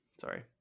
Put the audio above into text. Sorry